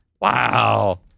Wow